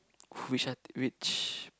which one which